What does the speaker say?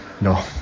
No